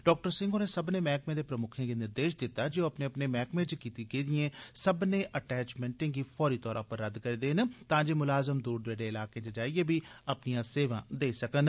doctor Singh होरें सब्मने मैहकमें दे प्रमुक्खें गी निर्देश दित्ते जे ओह् अपने मैहकमे च कीती गेदी सब्मनें अटैचमैंटें गी फौरी तौर पर रद्द करी देन तांजे मुलाजम दूर दरेडे इलाकें च जाइयै बी अपनियां सेवां देई सकन